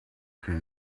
can